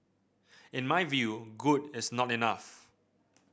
in my view good is not enough